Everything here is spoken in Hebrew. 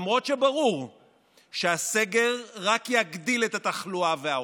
למרות שברור שהסגר רק יגדיל את התחלואה והעומס.